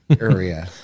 area